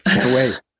wait